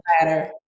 ladder